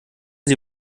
sie